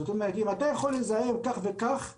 זאת אומרת, אם אתה יכול לזהם כך וכך בשנה,